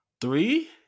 Three